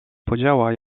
podziała